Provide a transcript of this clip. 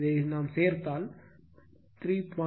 இதைச் சேர்த்தால் 3